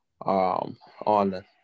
On